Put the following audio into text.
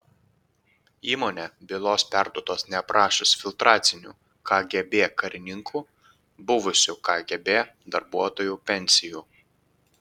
įmonė bylos perduotos neaprašius filtracinių kgb karininkų buvusių kgb darbuotojų pensijų